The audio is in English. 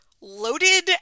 loaded